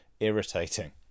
irritating